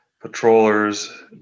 patrollers